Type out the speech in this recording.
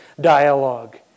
dialogue